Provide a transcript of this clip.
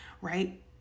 right